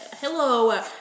hello